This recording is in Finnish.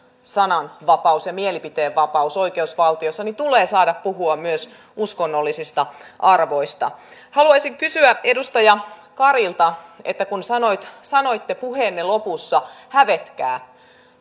sananvapaus ja mielipiteenvapaus oikeusvaltiossa tulee saada puhua myös uskonnollisista arvoista haluaisin kysyä edustaja karilta kun sanoitte sanoitte puheenne lopussa hävetkää